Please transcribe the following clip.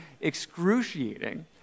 excruciating